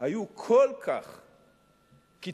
היו כל כך קיצוניות,